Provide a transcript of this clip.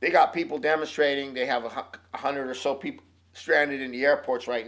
they've got people demonstrating they have a hawk a hundred or so people stranded in the airports right